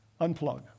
unplug